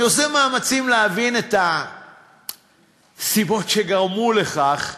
אני עושה מאמצים להבין את הסיבות שגרמו לכך.